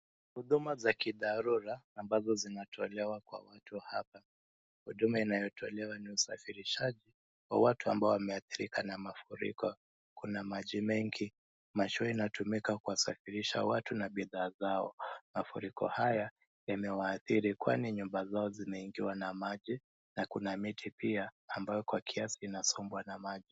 Huduma za kidharura ambazo zinatolewa kwa mtu hapa. Huduma inayotolewa ni usafirishaji wa watu ambao wameadhirika na mafuriko. Kuna maji mengi, mashua inatumika kuwasafirisha watu na bidhaa zao. Mafuriko haya yamewaadhiri kwani nyumba zao zimeingiwa na maji na kuna miti pia ambayo kwa kiasi inasombwa na maji.